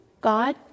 God